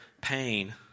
pain